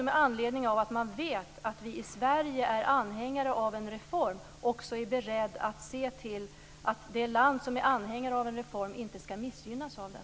Man vet att vi i Sverige är anhängare av en reform. Jag tror att man är beredd att se till att det land som är anhängare av en reform inte skall missgynnas av den.